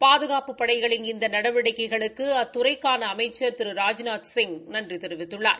பாதுகாப்புப் படைகளின் இந்த நடவடிக்கைகளுக்கு அத்துறைக்கான அமைச்சர் திரு ராஜ்நாத் சிங் நன்றி தெரிவித்துள்ளார்